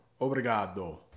Obrigado